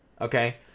Okay